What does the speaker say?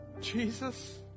Jesus